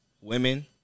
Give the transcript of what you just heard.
women